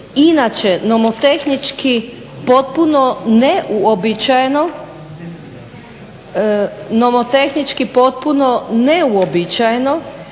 Inače, nomotehnički potpuno neuobičajeno,